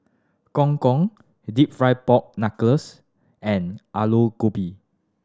Gong Gong Deep Fried Pork Knuckles and Aloo Gobi